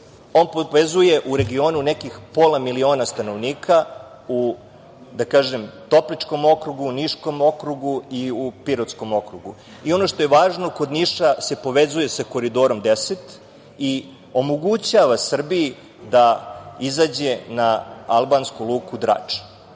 On povezuje u regionu nekih pola miliona stanovnika u Topličkom okrugu, Niškom okrugu i u Pirotskom okrugu. Ono što je važno, kod Niša se povezuje sa Koridorom 10 i omogućava Srbiji da izađe na albansku luku Drač. Ovde